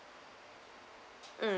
um